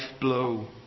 blow